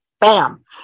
bam